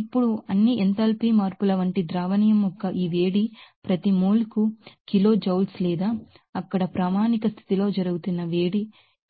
ఇప్పుడు అన్ని ఎంథాల్పీ మార్పుల వంటి సొల్యూషన్ యొక్క ఈ వేడి ప్రతి మోల్ కు కిలోజౌల్స్ లేదా అక్కడ స్టాండర్డ్ కండిషన్లో జరుగుతున్న